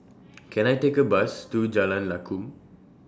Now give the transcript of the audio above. Can I Take A Bus to Jalan Lakum